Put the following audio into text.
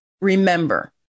Remember